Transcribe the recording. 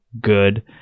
good